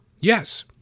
Yes